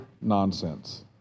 nonsense